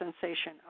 sensation